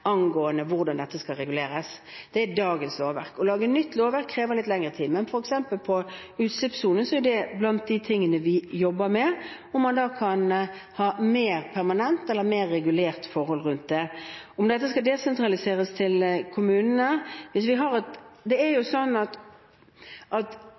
skal reguleres. Det er dagens lovverk. Å lage nytt lovverk krever litt lengre tid. Men f.eks. når det gjelder utslippssone, er det blant de tingene vi jobber med – om man kan ha mer permanente eller mer regulerte forhold rundt det. Til om dette skal desentraliseres til kommunene: En av grunnene til at en del av disse reguleringene tilligger Samferdselsdepartementet, er at